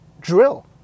drill